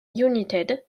united